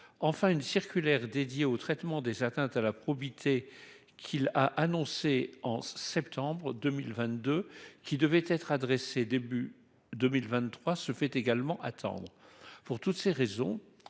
enfin une circulaire dédié au traitement des atteintes à la probité qui l'a annoncé en septembre 2022 qui devait être adressée début 2023 se fait également attendre pour toutes ces raisons